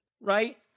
Right